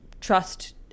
trust